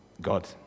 God